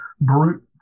brute